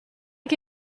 che